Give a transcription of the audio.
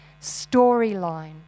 storyline